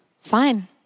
Fine